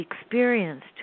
experienced